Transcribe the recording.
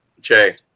Jay